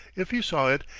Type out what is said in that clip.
if he saw it,